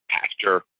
pastor